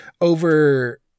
over